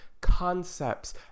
concepts